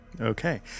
Okay